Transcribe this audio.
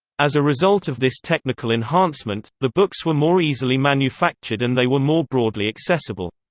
as a result of this technical enhancement, the books were more easily manufactured and they were more broadly accessible.